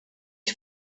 ich